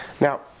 Now